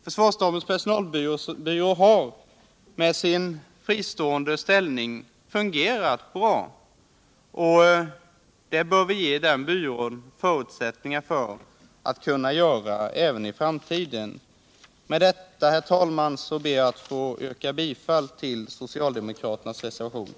Försvarets personalvårdsbyrå har med sin fristående ställning fungerat bra, och det bör vi ge den byrån förutsättningar att kunna göra även i framtiden. Med detta, herr talman, ber jag att få yrka bifall till den socialdemokratiska reservationen.